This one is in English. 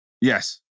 Yes